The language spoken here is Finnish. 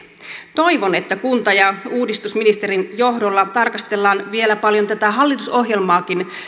toivon että kunta ja uudistusministerin johdolla tarkastellaan vielä paljon tätä hallitusohjelmaakin